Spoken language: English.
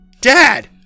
Dad